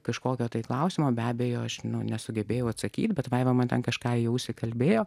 kažkokio tai klausimo be abejo aš nesugebėjau atsakyti bet vaiva man ten kažką į ausį kalbėjo